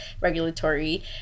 regulatory